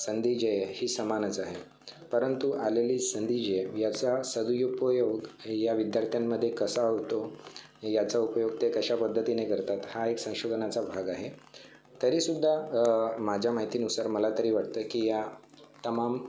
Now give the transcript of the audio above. संधी जी आहे ती समानच आहे परंतु आलेली संधी जी आहे याचा सदुपयोग या विद्यार्थ्यांमध्ये कसा होतो हे याचा उपयोग ते कशा पद्धतीने करतात हा एक संशोधनाचा भाग आहे तरीसुद्धा माझ्या माहितीनुसार मला तरी वाटतं की या तमाम